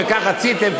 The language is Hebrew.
וכך רציתם,